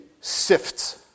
sifts